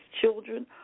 children